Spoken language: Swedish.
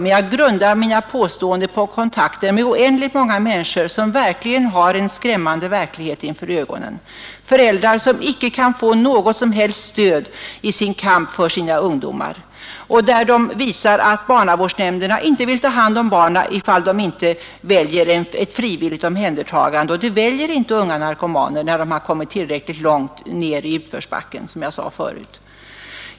Men jag grundar mina påståenden på kontakter med oändligt många människor som har en skrämmande verklighet inför ögonen, på kontakter med föräldrar som icke kan få något som helst stöd i sin kamp för sina ungdomar och som berättar att barnavårdsnämnderna inte vill ta hand om deras barn, ifall ungdomarna inte väljer ett frivilligt omhändertagande — men det väljer inte unga narkomaner när de har kommit långt ner i utförsbacken, som jag sade förut.